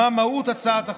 מה מהות הצעת החוק.